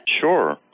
Sure